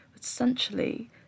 essentially